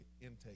intake